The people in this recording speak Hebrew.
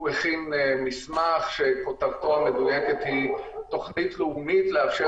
הוא הכין מסמך שכותרתו המדויקת היא: "תוכנית לאומית לאשר